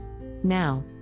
Now